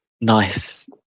nice